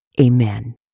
Amen